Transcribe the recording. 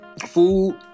food